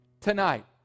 Tonight